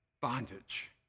bondage